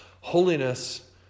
Holiness